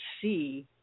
see